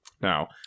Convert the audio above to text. now